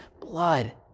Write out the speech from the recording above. blood